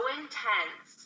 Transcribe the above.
intense